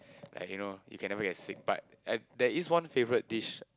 like you know you can never get sick but I there is one favourite dish